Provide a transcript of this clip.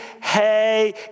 Hey